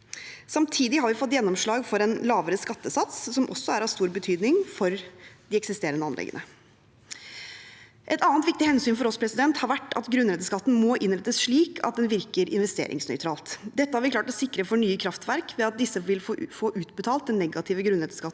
Samtidig har vi fått gjennomslag for en lavere skattesats, som også er av stor betydning for de eksisterende anleggene. Et annet viktig hensyn for oss har vært at grunnrenteskatten må innrettes slik at den virker investeringsnøytralt. Dette har vi klart å sikre for nye kraftverk ved at disse vil få utbetalt den negative grunnrenteskatten,